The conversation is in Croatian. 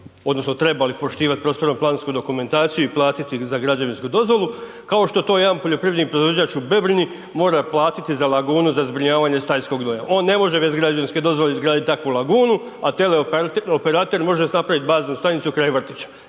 odnosno trebali poštivati prostorno-plansku dokumentaciju i platiti za građevinsku dozvolu, kao što to jedan poljoprivredni proizvođač u Bebrini mora platiti za lagunu za zbrinjavanje stajskog gnoja? On ne može bez građevinske dozvole izgraditi takvu lagunu, a teleoperater može napraviti baznu stanicu kraj vrtića.